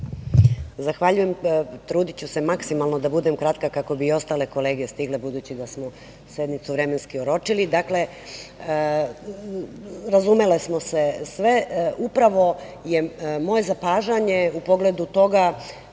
Zahvaljujem. Trudiću se maksimalno da budem kratka, kako bi i ostale kolege stigle, budući da smo sednicu vremenski oročili. Dakle, razumele smo se sve. Upravo je moje zapažanje u pogledu toga